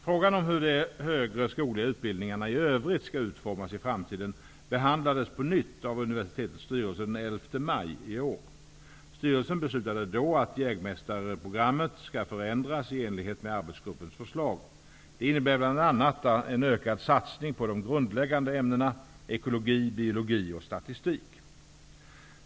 Frågan om hur de högre skogliga utbildningarna i övrigt skall utformas i framtiden behandlades på nytt av universitetets styrelse den 11 maj i år. Styrelsen beslutade då att jägmästareprogrammet skall förändras i enlighet med arbetsgruppens förslag. Det innebär bl.a. en ökad satsning på de grundläggande ämnena ekologi, biologi och statistik.